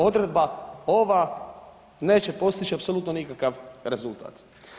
Odredba ova neće postići apsolutno nikakav rezultat.